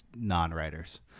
non-writers